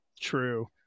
True